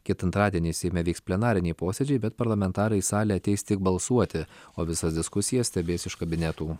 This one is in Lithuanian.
kitą antradienį seime vyks plenariniai posėdžiai bet parlamentarai į salę ateis tik balsuoti o visas diskusijas stebės iš kabinetų